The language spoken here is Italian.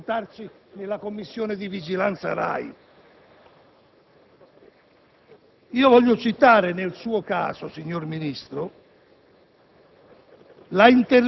È chiaro che la maggiore responsabilità è sua, ma, signor Ministro dell'economia, lei ci ha messo del suo